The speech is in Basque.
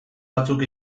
batzuk